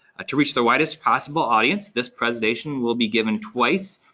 to reach the widest possible audience, this presentation will be given twice.